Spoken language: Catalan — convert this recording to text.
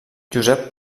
josep